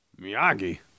Miyagi